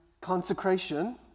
consecration